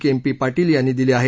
केम्पी पाटील यांनी दिली आहे